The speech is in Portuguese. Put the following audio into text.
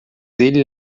ele